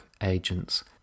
agents